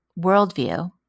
worldview